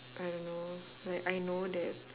I don't know like I know that